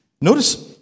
Notice